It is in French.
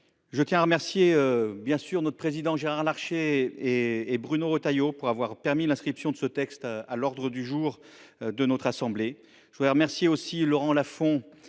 Je tiens à remercier le président du Sénat, Gérard Larcher, et Bruno Retailleau d’avoir permis l’inscription de ce texte à l’ordre du jour de notre assemblée. Je voudrais saluer aussi Laurent Lafon